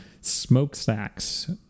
smokestacks